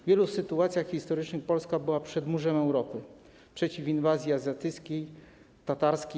W wielu sytuacjach historycznych Polska była przedmurzem Europy przeciw inwazji azjatyckiej, tatarskiej.